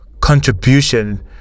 contribution